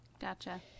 Gotcha